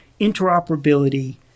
interoperability